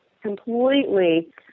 completely